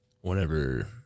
whenever